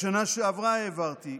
בשנה שעברה העברתי,